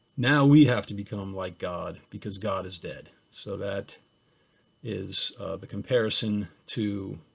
now we have to become like god, because god is dead. so that is the comparison to